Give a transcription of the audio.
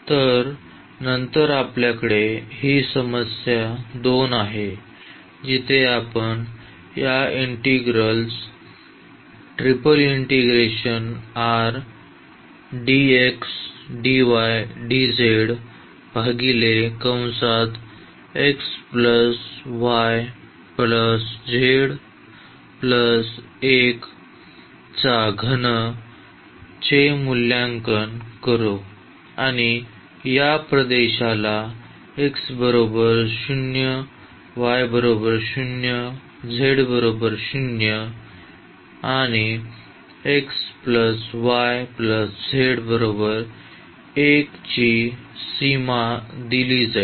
तर नंतर आपल्याकडे ही समस्या 2 आहे जिथे आपण या इंटिग्रल्स चे मूल्यांकन करू आणि या R प्रदेशाला ची सीमा दिली जाईल